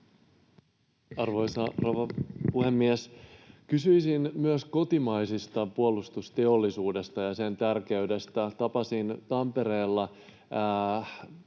rouva puhemies! Kysyisin myös kotimaisesta puolustusteollisuudesta ja sen tärkeydestä. Tapasin Tampereella